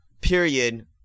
period